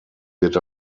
wird